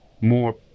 more